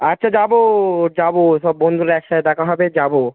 আচ্ছা যাবো যাবো সব বন্ধুরা একসাথে দেখা হবে যাবো